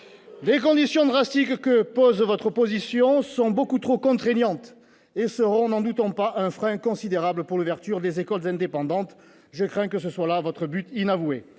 Les conditions drastiques que pose votre proposition sont beaucoup trop contraignantes et seront, n'en doutons pas, un frein considérable à l'ouverture d'écoles indépendantes. Je crains que ce ne soit là votre but inavoué.